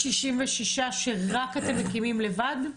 66 שאתם מקימים לבד?